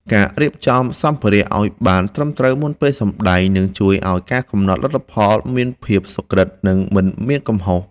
ការរៀបចំសម្ភារៈឱ្យបានត្រឹមត្រូវមុនពេលសម្តែងនឹងជួយឱ្យការកំណត់លទ្ធផលមានភាពសុក្រឹត និង មិនមានកំហុស។